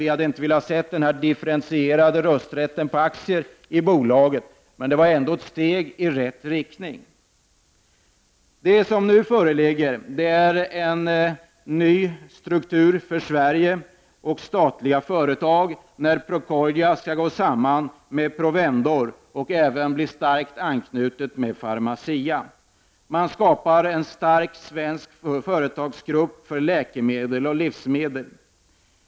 Vi hade inte velat ha en differentierad rösträtt för aktierna i bolaget, men åtgärden var ändå ett steg i rätt riktning. Det som nu föreslås när Procordia skall gå samman med Provendor och även bli starkt anknutet till Pharmacia är en för Sverige och statliga företag ny struktur. Man skapar en stark svensk företagsgrupp för läkemedel och livsmedel.